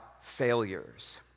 failures